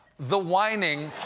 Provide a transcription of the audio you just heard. the whining.